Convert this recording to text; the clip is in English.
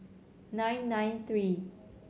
nine nine three